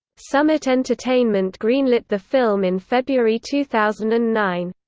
summit entertainment greenlit the film in february two thousand and nine.